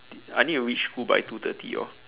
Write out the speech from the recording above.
did I need to reach school by two thirty orh